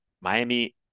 Miami